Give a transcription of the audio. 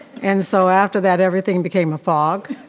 and so after that everything became a fog.